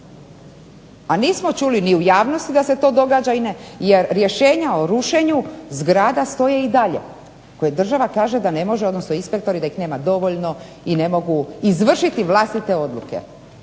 A nismo čuli ni u javnosti da se to događa jer rješenja o rušenju zgrada stoje i dalje koje država kaže, odnosno inspektori da ih nema dovoljno i ne mogu izvršiti vlastite odluke.